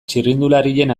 txirrindularien